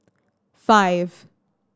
five